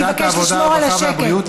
אני אבקש לשמור על השקט.